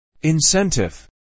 Incentive